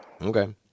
Okay